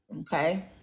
okay